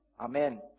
Amen